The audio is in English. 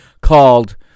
called